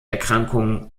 erkrankung